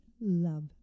love